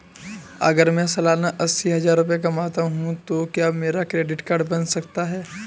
अगर मैं सालाना अस्सी हज़ार रुपये कमाता हूं तो क्या मेरा क्रेडिट कार्ड बन सकता है?